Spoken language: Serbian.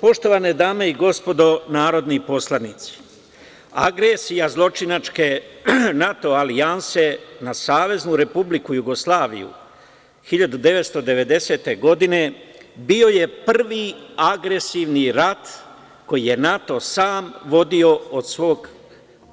Poštovane dame i gospodo narodni poslanici, agresija zločinačke NATO alijanse na Saveznu Republiku Jugoslaviju 1999. godine bio je prvi agresivni rat koji je NATO sam vodio od svog